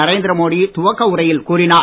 நரேந்திர மோடி துவக்க உரையில் கூறினார்